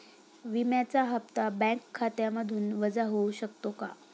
विम्याचा हप्ता बँक खात्यामधून वजा होऊ शकतो का?